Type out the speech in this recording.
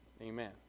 Amen